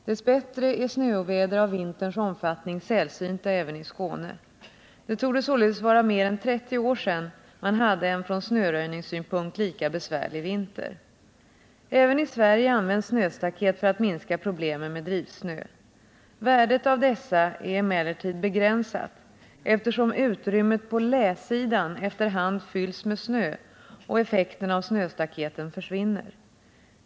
Dess bättre är snöoväder av vinterns omfattning sällsynta även i Skåne. Det torde således vara mer än 30 år sedan man hade en från snöröjningssynpunkt lika besvärlig vinter. Även i Sverige används snöstaket för att minska problemen med drivsnö. Värdet av dessa är emellertid begränsat, eftersom utrymmet på läsidan efter hand fylls med snö och effekten av snöstaketen försvinner.